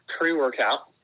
pre-workout